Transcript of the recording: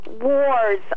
wars